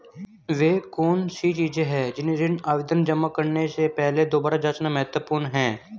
वे कौन सी चीजें हैं जिन्हें ऋण आवेदन जमा करने से पहले दोबारा जांचना महत्वपूर्ण है?